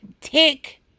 Tick